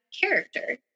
character